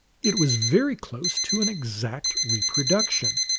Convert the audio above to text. it was very close to an exact reproduction.